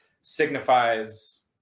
signifies